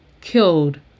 killed